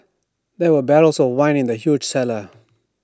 there were barrels of wine in the huge cellar